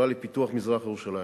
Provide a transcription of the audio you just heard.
חברה לפיתוח מזרח-ירושלים.